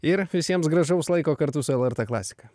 ir visiems gražaus laiko kartu su lrt klasika